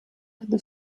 the